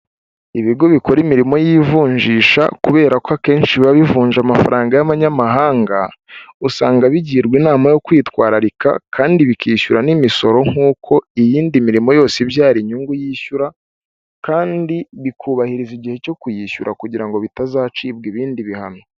Ibigo bikora imirimo y'ivunjisha kubera ko akenshi biba bivunja amafaranga y'amanyamahanga, usanga bigirwa inama yo kwitwararika, kandi bikishyura n'imisoro nk'uko iyindi mirimo yose ibyara inyungu yishyura, kandi bikubahiriza igihe cyo kuyishyura kugira ngo bitazacibwa ibindi bihano.